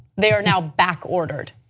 they are now back ordered.